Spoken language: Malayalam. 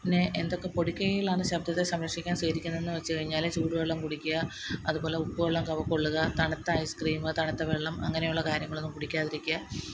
പിന്നെ എന്തൊക്കെ പൊടിക്കൈകളാണ് ശബ്ദത്തെ സംരക്ഷിക്കാൻ സ്വീകരിക്കുന്നതെന്ന് വച്ച് കഴിഞ്ഞാൽ ചൂട് വെള്ളം കുടിക്കുക അതുപോലെ ഉപ്പ് വെള്ളം കവുകൊള്ളുക തണുത്ത ഐസ്ക്രീമ് തണുത്ത വെള്ളം അങ്ങനെയുള്ള കാര്യങ്ങളൊന്നും കൂടിക്കാതിരിക്കുക